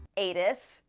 atus!